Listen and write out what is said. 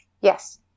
Yes